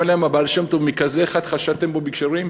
אומר להם הבעל-שם-טוב, כזה אחד, חשדתם בו, בכשרים,